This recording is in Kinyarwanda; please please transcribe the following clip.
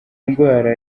ndwara